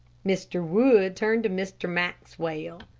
mr. wood turned to mr. maxwell.